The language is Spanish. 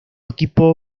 equipo